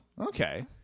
okay